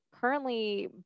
currently